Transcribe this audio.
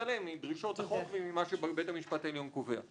להתעלם מדרישות החוק וממה שבית המשפט העליון קובע.